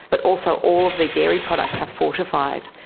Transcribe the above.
but also all of the dairy products are fortified.